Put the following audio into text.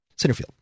Centerfield